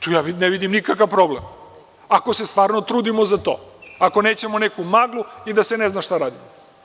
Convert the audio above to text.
Tu ne vidim nikakav problem ako se trudimo za to, ako nećemo neku maglu ili da se ne zna šta radimo.